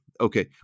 Okay